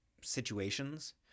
situations